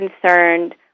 concerned